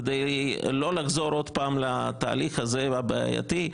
כדי לא לחזור עוד פעם לתהליך הזה הבעייתי,